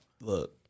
Look